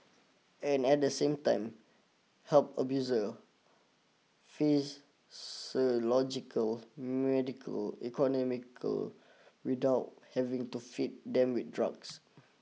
and at the same time help abusers physiological medical economical without having to feed them with drugs